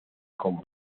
como